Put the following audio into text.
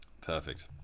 Perfect